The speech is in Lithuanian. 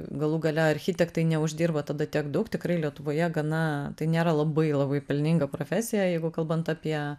galų gale architektai neuždirba tada tiek daug tikrai lietuvoje gana tai nėra labai labai pelninga profesija jeigu kalbant apie